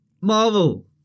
Marvel